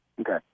Okay